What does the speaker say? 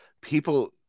people